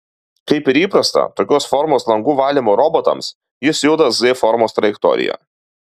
kaip ir įprasta tokios formos langų valymo robotams jis juda z formos trajektorija